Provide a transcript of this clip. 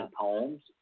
poems